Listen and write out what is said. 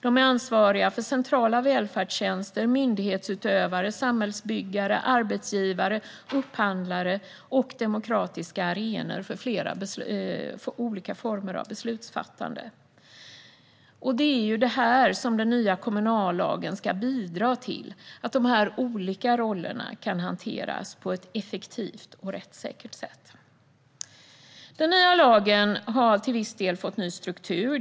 De är ansvariga för centrala välfärdstjänster, myndighetsutövare, samhällsbyggare, arbetsgivare, upphandlare och demokratiska arenor för olika former av beslutsfattande. Det är det här som den nya kommunallagen ska bidra till - att de här olika rollerna kan hanteras på ett effektivt och rättssäkert sätt. Den nya lagen har till viss del fått en ny struktur.